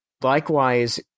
Likewise